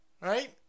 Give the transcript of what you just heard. Right